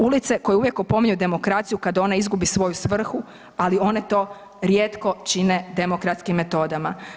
Ulice, koje uvijek opominju demokraciju kada ona izgubi svoju svrhu, ali one to rijetko čine demokratskim metodama.